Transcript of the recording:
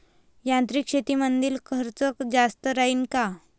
यांत्रिक शेतीमंदील खर्च जास्त राहीन का?